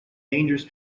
dangerous